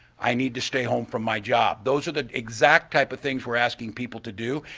i need to stay home from my job. those are the exact type of things we're asking people to do.